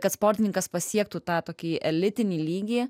kad sportininkas pasiektų tą tokį elitinį lygį